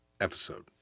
episode